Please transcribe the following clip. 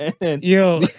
Yo